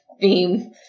theme